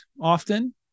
often